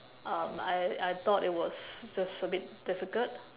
um I I thought it was just a bit difficult